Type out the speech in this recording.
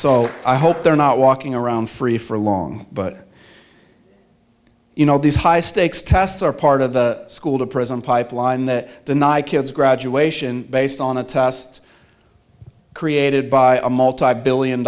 so i hope they're not walking around free for long but you know these high stakes tests are part of the school to prison pipeline that deny kids graduation based on a test created by a multibillion